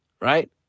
right